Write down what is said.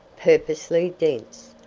purposely dense,